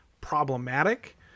problematic